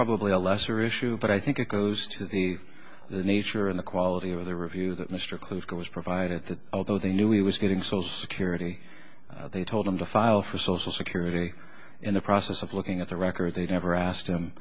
probably a lesser issue but i think it goes to the nature of the quality of the review that mr clifford has provided that although they knew he was getting so security they told him to file for social security in the process of looking at the records they never asked him